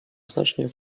znacznie